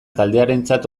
taldearentzat